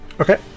Okay